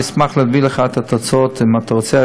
אשמח להביא לך את התוצאות אם אתה רוצה,